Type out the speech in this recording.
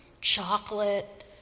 chocolate